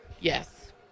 Yes